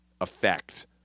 effect